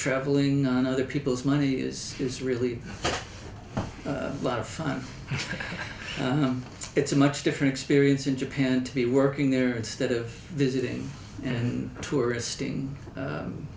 travelling on other people's money is is really a lot of fun it's a much different experience in japan to be working there instead of visiting and tourist thing